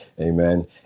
Amen